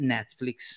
Netflix